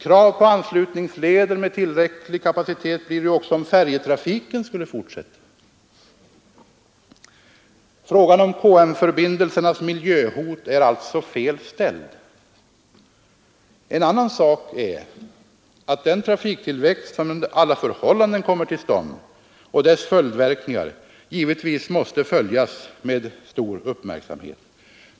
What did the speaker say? Krav på anslutningsleder med tillräcklig kapacitet blir det ju också om färjetrafiken skall fortsätta. Frågan om KM-förbindelsens miljöhot är alltså fel ställd. En annan sak är att den trafiktillväxt som under alla förhållanden kommer till stånd — och dess följdverkningar — givetvis måste följas med stor uppmärksamhet.